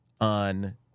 on